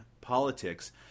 politics